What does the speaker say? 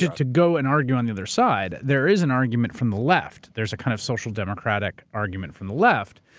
to go and argue on the other side, there is an argument from the left. there's a kind of social democratic argument from the left.